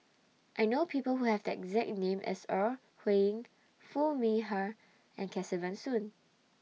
I know People Who Have The exact name as Ore Huiying Foo Mee Har and Kesavan Soon